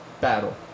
battle